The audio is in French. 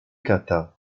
kata